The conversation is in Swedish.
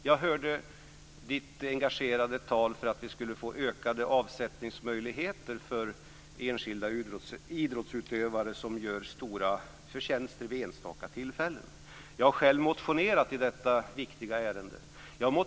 Jag lyssnade på Birgitta Selléns engagerade tal för ökade avsättningsmöjligheter för enskilda idrottsutövare som vid enstaka tillfällen gör stora förtjänster. Jag har själv motionerat i detta viktiga ärende.